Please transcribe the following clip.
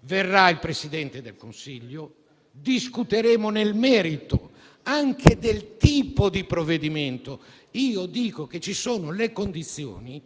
verrà il Presidente del Consiglio e discuteremo nel merito, anche del tipo di provvedimento. Io dico che ci sono le condizioni